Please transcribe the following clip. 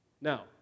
Now